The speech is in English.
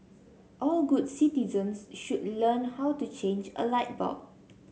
all good citizens should learn how to change a light bulb